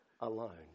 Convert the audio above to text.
alone